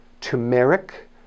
turmeric